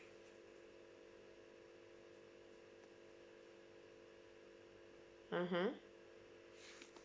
(uh huh)